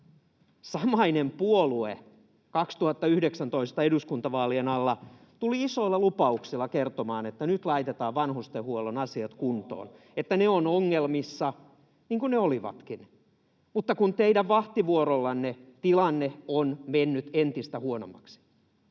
Samainen puolue eduskuntavaalien alla 2019 tuli isoilla lupauksilla kertomaan, että nyt laitetaan vanhustenhuollon asiat kuntoon, [Kimmo Kiljunen: Ja ollaan tartuttu siihen!] että ne ovat ongelmissa, niin kuin ne olivatkin. Mutta teidän vahtivuorollanne tilanne on mennyt entistä huonommaksi,